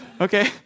Okay